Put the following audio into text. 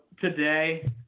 today